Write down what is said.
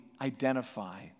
identify